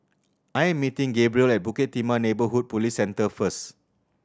I am meeting Gabriel at Bukit Timah Neighbourhood Police Centre first